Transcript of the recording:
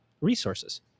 resources